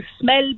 smell